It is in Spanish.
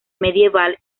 medieval